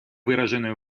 выраженную